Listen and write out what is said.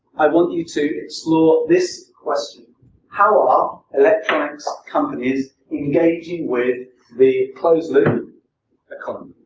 i want you to explore this question how are electronics companies engaging with the closed loop economy.